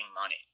money